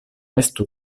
estu